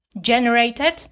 generated